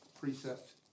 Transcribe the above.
Precept